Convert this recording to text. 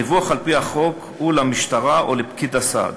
הדיווח על-פי החוק הוא למשטרה או לפקיד הסעד.